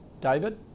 David